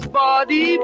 body